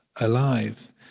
alive